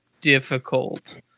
difficult